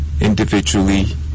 individually